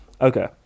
Okay